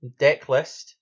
decklist